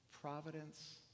providence